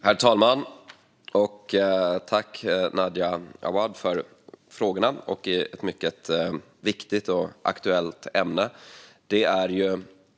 Herr talman! Tack, Nadja Awad, för frågorna i ett mycket viktigt och aktuellt ämne!